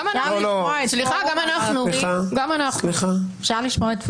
גם אם תקרא לי לסדר ------- אתה לא תאמר שאני מעודד אלימות.